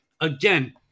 again